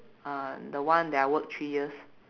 uh the one that I work three years